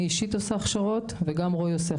אני עושה באופן אישי וגם רוי,